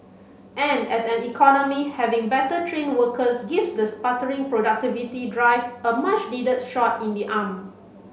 and as an economy having better trained workers gives the sputtering productivity drive a much needed shot in the arm